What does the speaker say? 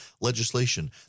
legislation